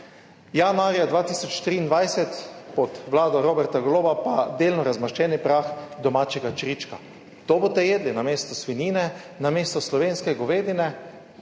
januarja 2023, pod Vlado Roberta Goloba pa delno razmaščeni prah domačega črička. To boste jedli namesto svinjine, namesto slovenske govedine